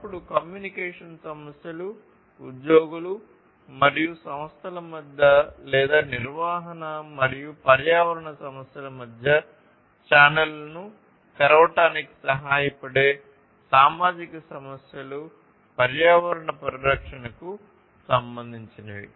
అప్పుడు కమ్యూనికేషన్ సమస్యలు ఉద్యోగులు మరియు సంస్థల మధ్య లేదా నిర్వహణ మరియు పర్యావరణ సమస్యలు మధ్య ఛానెల్లను తెరవడానికి సహాయపడే సామాజిక సమస్యలు పర్యావరణ పరిరక్షణకు సంబంధించినవి